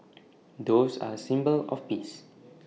doves are A symbol of peace